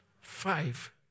five